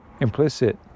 implicit